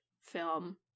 film